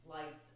Lights